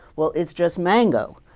well, it's just mango,